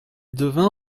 devint